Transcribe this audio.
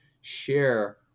share